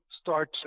start